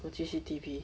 我继续 T_P